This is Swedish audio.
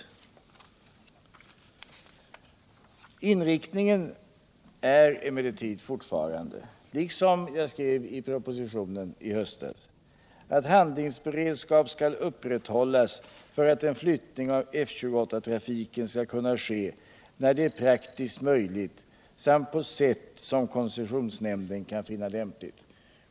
Inriktningen är emellertid fortfarande, liksom jag skrev i propositionen i höstas, att handlingsberedskap skall upprätthållas för att möjliggöra en Om trafiken på Bromma flygplats Om trafiken på Bromma flygplats flyttning av trafiken med F-28 när det är praktiskt möjligt samt på sätt som koncessionsnämnden kan finna lämpligt.